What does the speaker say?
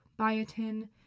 biotin